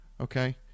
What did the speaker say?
Okay